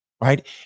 right